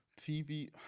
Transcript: TV